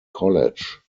college